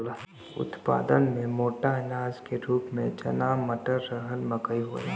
उत्पादन में मोटा अनाज के रूप में चना मटर, रहर मकई होला